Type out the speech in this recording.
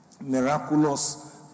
miraculous